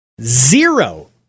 zero